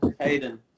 Hayden